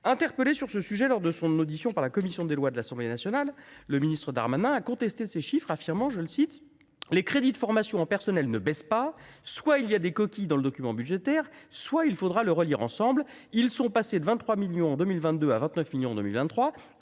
Interpellé à ce sujet lors de son audition par la commission des lois de l’Assemblée nationale, le ministre Darmanin a contesté ces chiffres, affirmant :« Les crédits de formation en personnel ne baissent pas – soit il y a des coquilles dans le document budgétaire, soit il faudra le relire ensemble : ils sont passés de 23 millions en 2022 à 29 millions en 2023